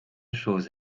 choses